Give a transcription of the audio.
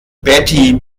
betty